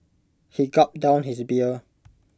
he gulped down his beer